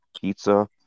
pizza